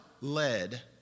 led